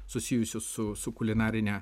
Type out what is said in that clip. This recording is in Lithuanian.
susijusius su su kulinarine